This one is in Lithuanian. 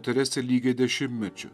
teresę lygiai dešimtmečiu